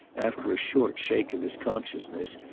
after a short shake of his consciousness,